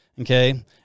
Okay